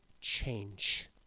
change